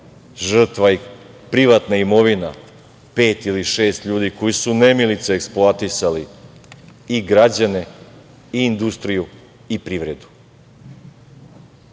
žrtva i privatna imovina pet ili šest ljudi koji se nemilice eksploatisali i građane i industriju i privredu.